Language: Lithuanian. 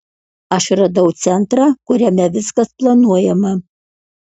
aš radau centrą kuriame viskas planuojama